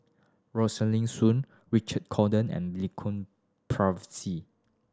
Rosaline Soon Richard Cordon and